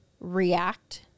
react